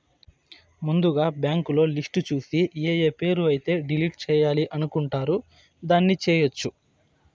ముందుగా బ్యాంకులో లిస్టు చూసి ఏఏ పేరు అయితే డిలీట్ చేయాలి అనుకుంటారు దాన్ని చేయొచ్చు